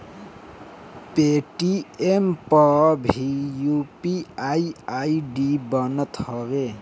Paytm पअ भी UPI ID बनत हवे